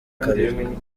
kabiri